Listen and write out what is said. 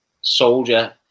soldier